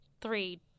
three